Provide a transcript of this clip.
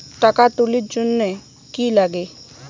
টাকা তুলির জন্যে কি লাগে?